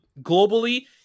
globally